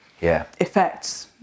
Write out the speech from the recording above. effects